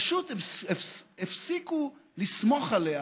פשוט הפסיקו לסמוך עליה